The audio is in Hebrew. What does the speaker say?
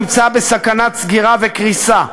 נמצא בסכנת סגירה וקריסה.